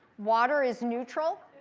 water is neutral.